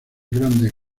grandes